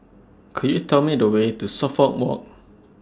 Could YOU Tell Me The Way to Suffolk Walk